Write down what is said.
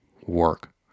work